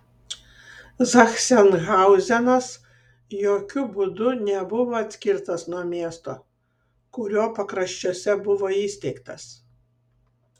zachsenhauzenas jokiu būdu nebuvo atskirtas nuo miesto kurio pakraščiuose buvo įsteigtas